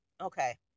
Okay